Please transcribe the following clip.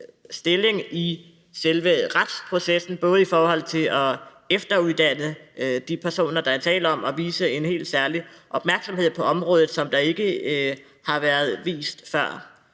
stilling i selve retsprocessen, både i forhold til at efteruddanne de personer, der er tale om, og ved at vise området en helt særlig opmærksomhed, som der ikke har været vist før.